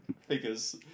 figures